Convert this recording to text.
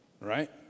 Right